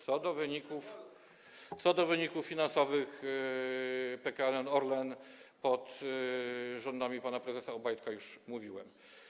Co do wyników finansowych PKN Orlen pod rządami pana prezesa Obajtka już mówiłem.